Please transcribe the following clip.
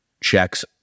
checks